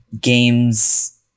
games